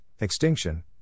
extinction